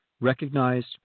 recognized